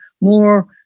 more